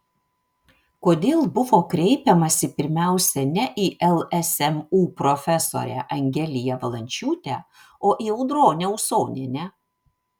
kodėl buvo kreipiamasi pirmiausia ne į lsmu profesorę angeliją valančiūtę o į audronę usonienę